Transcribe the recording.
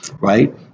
right